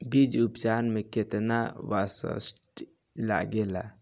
बीज उपचार में केतना बावस्टीन लागेला?